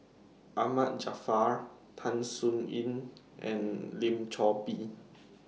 Ahmad Jaafar Tan Sin Aun and Lim Chor Pee